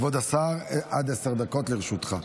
כבוד השר, עד עשר דקות לרשותך.